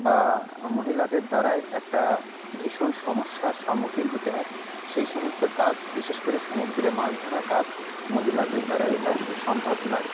বা মহিলাদের দ্বারায় একটা ভীষণ সমস্যার সম্মুখীন হতে হয় সেই সমস্ত কাছ বিশেষ করে সমুদ্রে মাছ ধরা কাজ মহিলাদের দ্বারায় এটা সম্ভব নয়